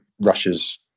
russia's